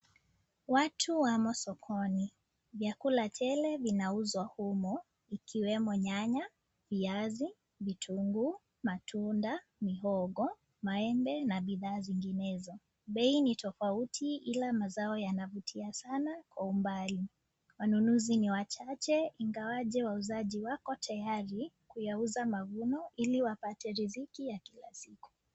Watu wamo sokoni . Vyakula tele vinauzwa humu ikiwemo nyanya , viazi , vitunguu, matunda , mihogo , maembe na bidhaa zinginezo . Bei ni fofauti ila mazao yanavutia sana kwa umbali . Wanunuzi ni wachache ingawaje wauzaji wako tayari kuyauza mavuno ili wapate riziki ya kila siku.